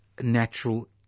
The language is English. natural